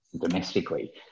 domestically